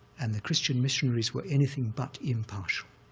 and the christian missionaries were anything but impartial,